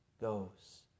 goes